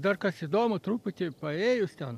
dar kas įdomu truputį paėjus ten